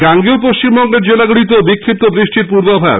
গাঙ্গেয় পশ্চিমবঙ্গের জেলাগুলিতেও বিক্ষিপ্ত বৃষ্টির সম্ভাবনা